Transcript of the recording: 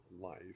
life